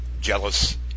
jealous